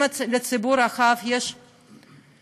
אם לציבור הרחב יש הצעות,